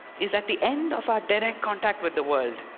is at the end of our direct contact with the world.